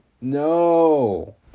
No